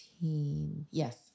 yes